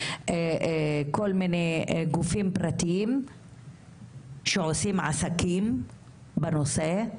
ולכל מיני גופים פרטיים שעושים עסקים בנושא,